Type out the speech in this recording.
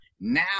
now